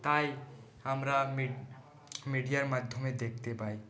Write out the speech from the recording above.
তাই আমরা মিডিয়ার মাধ্যমে দেখতে পাই